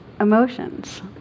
emotions